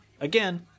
Again